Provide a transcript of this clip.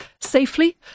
safely